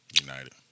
United